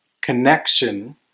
connection